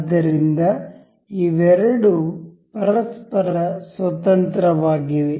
ಆದ್ದರಿಂದ ಇವೆರಡೂ ಪರಸ್ಪರ ಸ್ವತಂತ್ರವಾಗಿವೆ